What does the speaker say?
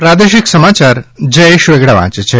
પ્રાદેશિક સમાચાર જયેશ વેગડા વાંચે છે